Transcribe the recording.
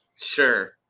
Sure